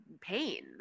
pain